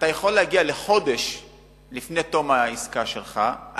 אתה יכול להגיע חודש לפני תום העסקה שלך,